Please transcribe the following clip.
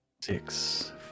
Six